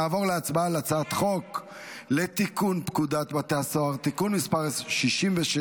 נעבור להצבעה על הצעת חוק לתיקון פקודת בתי הסוהר (תיקון מס' 66,